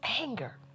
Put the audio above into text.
anger